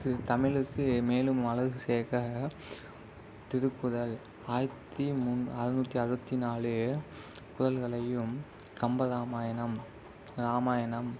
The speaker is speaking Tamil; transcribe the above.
தமிழுக்கு மேலும் அழகு சேர்க்க திருக்குறள் ஆயிரத்தி மூணு அறநூற்றி அறுபத்தி நாலு குறள்களையும் கம்பராமாயணம் ராமாயணம்